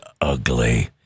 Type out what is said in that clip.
ugly